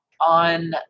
on